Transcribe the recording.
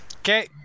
Okay